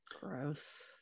gross